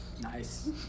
Nice